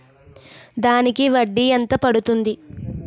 దానికి వడ్డీ ఎంత పడుతుంది?